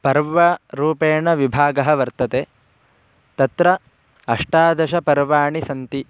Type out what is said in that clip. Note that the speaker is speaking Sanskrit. पर्वरूपेण विभागः वर्तते तत्र अष्टादशपर्वाणि सन्ति